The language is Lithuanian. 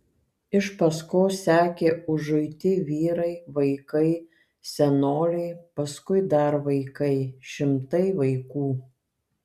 iš paskos sekė užuiti vyrai vaikai senoliai paskui dar vaikai šimtai vaikų